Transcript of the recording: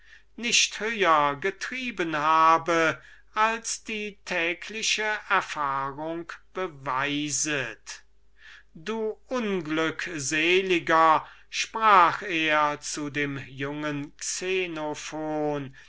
nicht höher getrieben habe als die tägliche erfahrung beweiset du unglückseliger sagt er zu dem jungen